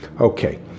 Okay